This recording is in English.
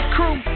Crew